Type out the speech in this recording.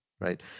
right